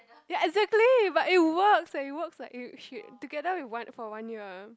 ya exactly but it works it works like he she together with for one year